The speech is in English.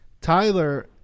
Tyler